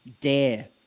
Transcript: dare